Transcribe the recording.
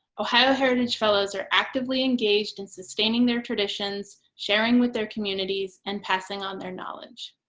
ohio heritage fellows are actively engaged in sustaining their traditions, sharing with their communities, and passing on their knowledge.